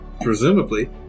presumably